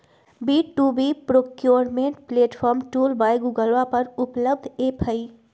B two B procurement platform tool by गूगलवा पर उपलब्ध ऐप हई